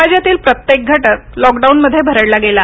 समाजातील प्रत्येक घटक लॉकडाऊनमध्ये भरडला गेला